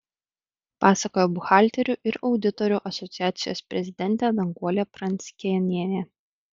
pasakojo buhalterių ir auditorių asociacijos prezidentė danguolė pranckėnienė